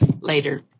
later